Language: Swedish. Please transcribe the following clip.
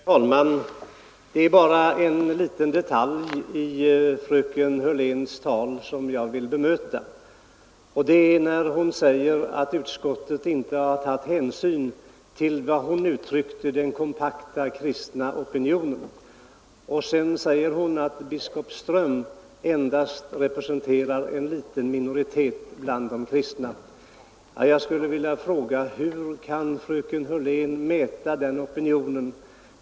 Herr talman! Det är bara ett par små detaljer i fröken Hörléns tal som jag vill bemöta. Hon säger att utskottet inte har tagit hänsyn till, som hon uttryckte det, den kompakta kristna opinionen. Vidare säger hon att biskop Ström endast representerar en liten minoritet bland de kristna. Jag skulle vilja fråga: Hur kan fröken Hörlén mäta den opinionen?